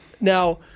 Now